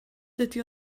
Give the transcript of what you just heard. dydy